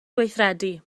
gweithredu